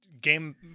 game